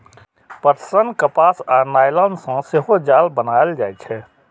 पटसन, कपास आ नायलन सं सेहो जाल बनाएल जाइ छै